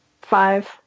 Five